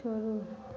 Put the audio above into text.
छोड़ू